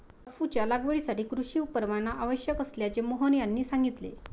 अफूच्या लागवडीसाठी कृषी परवाना आवश्यक असल्याचे मोहन यांनी सांगितले